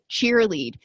cheerlead